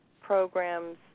programs